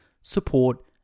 support